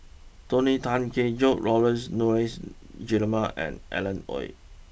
Tony Tan Keng Joo Laurence Nunns Guillemard and Alan Oei